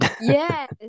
Yes